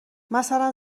مثلا